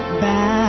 back